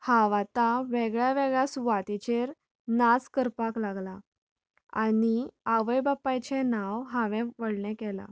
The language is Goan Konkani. हांव आतां वेगळ्या वेगळ्या सुवातेचेर नाच करपाक लागला आनी आवय बापायचे नांव हांवें व्हडले केला